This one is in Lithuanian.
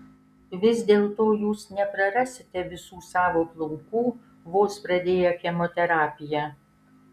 vis dėlto jūs neprarasite visų savo plaukų vos pradėję chemoterapiją